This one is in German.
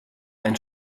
ein